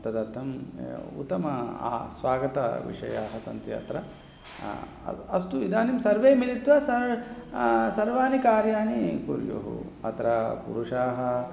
तदर्थम् उत्तम स्वागतविषयाः सन्ति अत्र अस्तु इदानीं सर्वे मिलित्वा सः सर्वाणि कार्याणि कुर्युः अत्र पुरुषाः